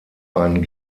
einen